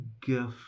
gift